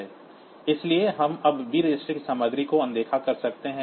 इसलिए हम अब b रजिस्टर की सामग्री को अनदेखा कर सकते हैं